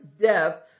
death